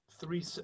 three